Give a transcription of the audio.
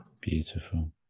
Beautiful